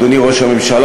אדוני ראש הממשלה,